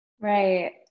Right